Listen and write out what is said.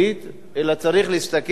אלא צריך להסתכל על זה,